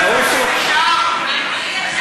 יעופו?